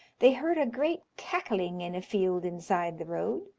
they heard a great cackling in a field inside the road,